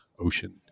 ocean